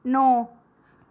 नौ